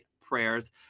prayers